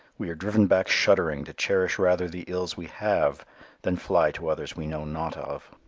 we are driven back shuddering to cherish rather the ills we have than fly to others we know not of.